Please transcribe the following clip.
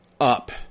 up